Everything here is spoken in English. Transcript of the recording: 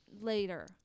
later